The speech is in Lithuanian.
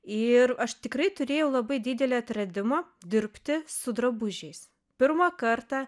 ir aš tikrai turėjau labai didelį atradimą dirbti su drabužiais pirmą kartą